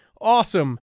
Awesome